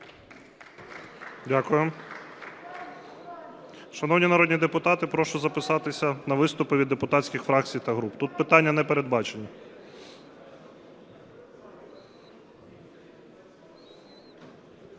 Дякую. Шановні народні депутати, прошу записатися на виступи від депутатських фракцій та груп. Тут питання не передбачені.